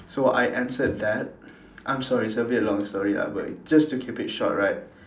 so I answered that I'm sorry it's a bit long story ah but just to keep it short right